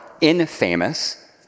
infamous